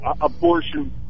abortion